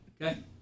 Okay